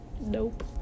Nope